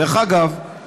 דרך אגב,